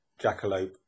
Jackalope